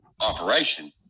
operation